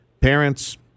parents